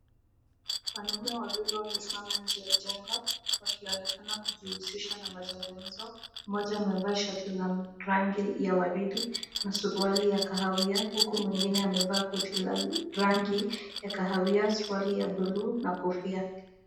Wanaume wawili wamesimama nje ya jengo wakionekana kua na mazungumzo. Mmoja amevaa shati ya rangi ya waridi na huku mwingine amevaa koti la rangi ya kahawia, shati ya buluu na kofia.